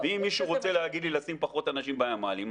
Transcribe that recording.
ואם מישהו רוצה להגיד לי לשים פחות אנשים בימ"לים,